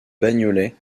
bagnolet